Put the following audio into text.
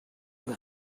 you